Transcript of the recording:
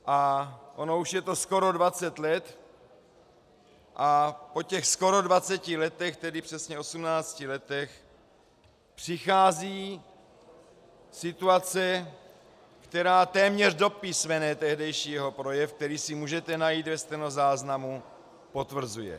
A ono už je to skoro dvacet let a po těch skoro dvaceti letech, tedy přesně osmnácti letech, přichází situace, která téměř do písmene tehdejšího projev, který si můžete najít ve stenozáznamu, potvrzuje.